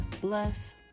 bless